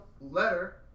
letter